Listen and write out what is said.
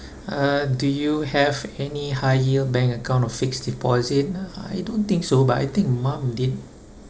uh do you have any higher bank account or fixed deposit I don't think so but I think mum did